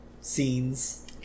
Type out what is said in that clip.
scenes